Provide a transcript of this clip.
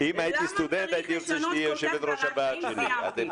למה צריך לשנות ולהרע תנאים.